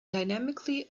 dynamically